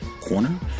corner